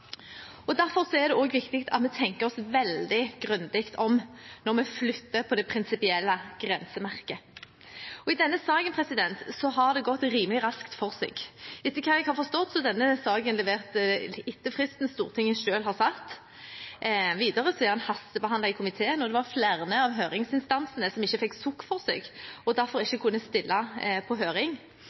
tilfellet. Derfor er det viktig at vi tenker oss veldig grundig om når vi flytter på det prinsipielle grensemerket. I denne saken har det gått rimelig raskt for seg. Etter hva jeg har forstått, er denne saken levert etter fristen Stortinget selv har satt. Videre er den hastebehandlet i komiteen, og det var flere av høringsinstansene som ikke fikk sukk for seg og derfor ikke kunne stille på høring.